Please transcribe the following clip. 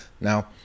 Now